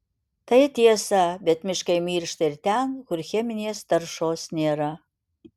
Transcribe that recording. tai tiesa bet miškai miršta ir ten kur cheminės taršos nėra